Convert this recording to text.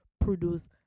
produce